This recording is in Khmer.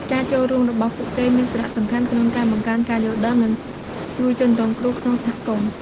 ការចូលរួមរបស់ពួកគេមានសារៈសំខាន់ក្នុងការបង្កើនការយល់ដឹង និងជួយជនរងគ្រោះក្នុងសហគមន៍។